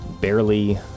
barely